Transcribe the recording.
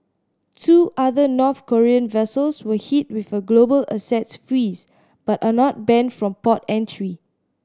two other North Korean vessels were hit with a global assets freeze but are not banned from port entry